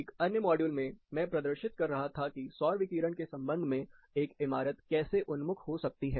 एक अन्य मॉड्यूल में मैं प्रदर्शित कर रहा था कि सौर विकिरण के संबंध में एक इमारत कैसे उन्मुख हो सकती है